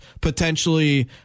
potentially